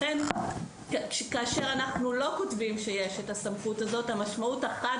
לכן כאשר אנחנו לא כותבים שיש את הסמכות הזאת המשמעות החד